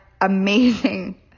amazing